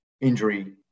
injury